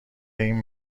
این